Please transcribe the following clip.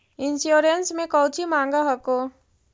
Insurance मे कौची माँग हको?